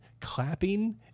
clapping